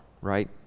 right